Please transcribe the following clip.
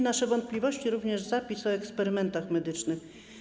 Nasze wątpliwości budzi również zapis o eksperymentach medycznych.